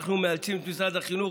אנחנו מאלצים את משרד החינוך,